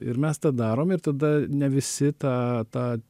ir mes tą darom ir tada ne visi tą tą